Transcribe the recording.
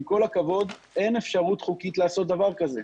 עם כל הכבוד, אין אפשרות חוקית לעשות דבר כזה.